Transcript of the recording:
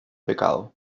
pecado